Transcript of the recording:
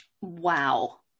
Wow